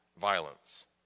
violence